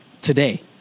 today